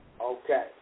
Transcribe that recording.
Okay